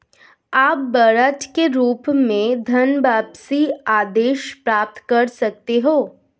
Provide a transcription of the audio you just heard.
आप वारंट के रूप में धनवापसी आदेश प्राप्त कर सकते हैं